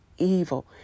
evil